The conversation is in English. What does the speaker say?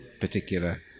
particular